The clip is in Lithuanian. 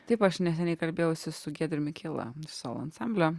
taip aš neseniai kalbėjausi su giedriumi kiela solo ansamblio